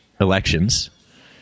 elections